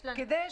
יש לנו דבר כזה.